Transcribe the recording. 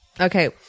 Okay